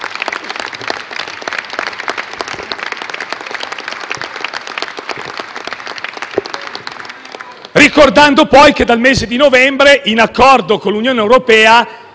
Ricordo poi che dal mese di novembre, in accordo con l'Unione europea,